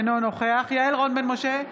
אינו נוכח יעל רון בן משה,